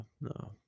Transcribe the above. No